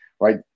right